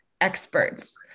experts